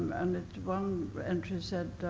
and one entry said,